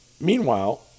Meanwhile